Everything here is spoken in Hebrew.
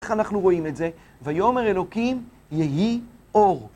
איך אנחנו רואים את זה? ויאמר אלוקים יהי אור.